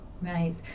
Nice